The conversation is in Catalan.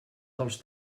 dels